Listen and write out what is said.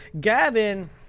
Gavin